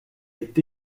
est